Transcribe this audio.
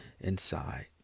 inside